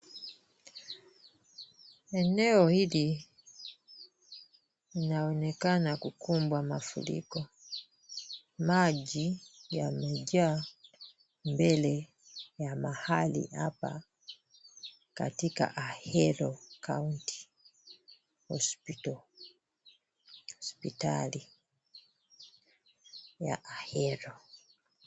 Eneo hili linaonekana kukumbwa mafuriko. Maji yamejaa mbele ya mahali hapa. Katika Ahero County hospital, hospitali ya Ahero .